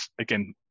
again